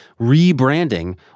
rebranding